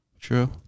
True